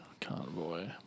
Convoy